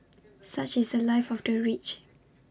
such is The Life of the rich